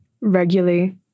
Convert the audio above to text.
regularly